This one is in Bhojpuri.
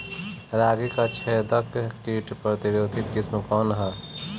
रागी क छेदक किट प्रतिरोधी किस्म कौन ह?